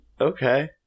Okay